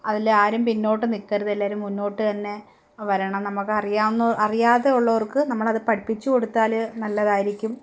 അതിൽ ആരും പിന്നോട്ട് നിൽക്കരുത് എല്ലാവരും മുന്നോട്ടു തന്നെ വരണം നമുക്കറിയാവുന്ന അറിയാതെ ഉള്ളവർക്ക് നമ്മളത് പഠിപ്പിച്ചു കൊടുത്താൽ നല്ലതായിരിക്കും